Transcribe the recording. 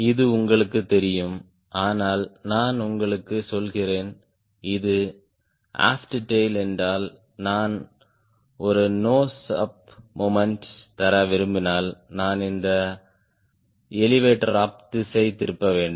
இது உங்களுக்குத் தெரியும் ஆனால் நான் உங்களுக்குச் சொல்கிறேன் இது அஃப்ட் டேய்ல் என்றால் நான் ஒரு நோஸ் அப் மொமென்ட் தர விரும்பினால் நான் இந்த எலெவடோர் அப் திசை திருப்ப வேண்டும்